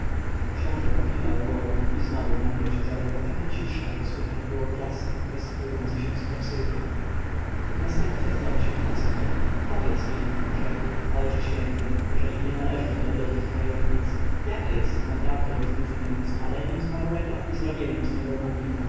książę pokiwał głową i znowu w namiocie zaległa taka cisza że słychać było piasek wysypujący się z klepsydry następca znowu się ocknął powiedz mi rzekł ojcze święty jeżeli nie należy to do wielkich tajemnic jaka jest naprawdę różnica między spaleniem zmarłego i zrobieniem z niego mumji